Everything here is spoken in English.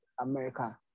America